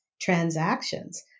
transactions